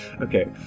okay